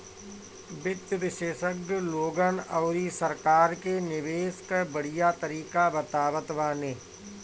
वित्त विशेषज्ञ लोगन अउरी सरकार के निवेश कअ बढ़िया तरीका बतावत बाने